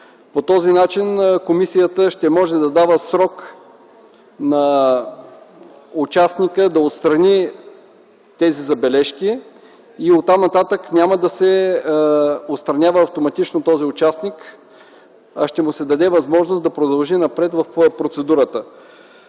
По този начин комисията ще може да дава срок на участника да отстрани тези забележки и оттам нататък той няма да се отстранява автоматично, а ще му се даде възможност да продължи напред в процедурата.